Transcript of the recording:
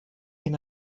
την